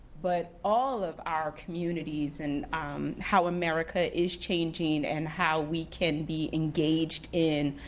but all of our communities, and how america is changing, and how we can be engaged in